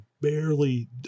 barely